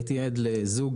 הייתי עד לזוג,